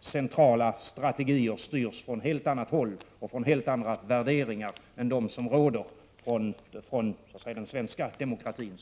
centrala strategi styrs från ett helt annat håll och av helt andra värderingar — jämfört med vad som är utgångspunkten för den svenska demokratin.